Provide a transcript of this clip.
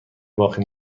باقی